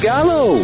Gallo